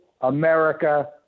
America